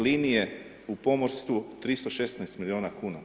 Linije u pomorstvu 316 milijuna kuna.